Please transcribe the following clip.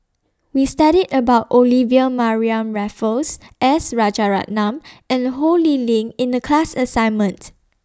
We study about Olivia Mariamne Raffles S Rajaratnam and Ho Lee Ling in The class assignment